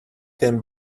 can